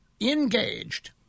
engaged